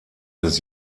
des